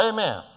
Amen